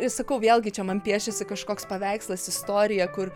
ir sakau vėlgi čia man piešiasi kažkoks paveikslas istorija kur